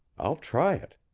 i'll try it.